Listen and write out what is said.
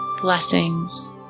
blessings